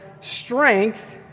strength